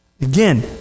Again